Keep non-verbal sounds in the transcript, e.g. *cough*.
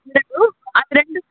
*unintelligible* అది రెండు